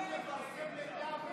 זה נגמר, שלמה.